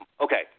Okay